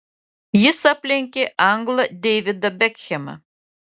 jis aplenkė anglą deividą bekhemą